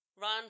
run